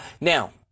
now